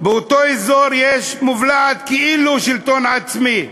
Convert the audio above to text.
באותו אזור יש מובלעת, כאילו שלטון עצמי,